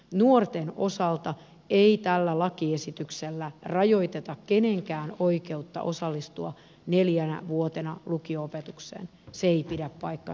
nuorten osalta ei tällä lakiesityksellä rajoiteta kenenkään oikeutta osallistua neljänä vuotena lukio opetukseen se ei pidä paikkaansa